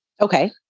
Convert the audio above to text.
Okay